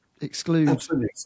exclude